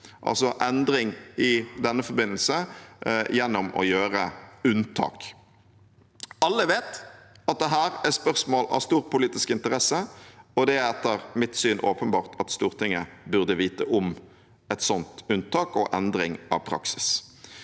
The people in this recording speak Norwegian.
– i denne forbindelse en endring gjennom å gjøre unntak. Alle vet at dette er spørsmål av stor politisk interesse, og det er etter mitt syn åpenbart at Stortinget burde vite om et sånt unntak og endring av praksis.